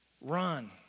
run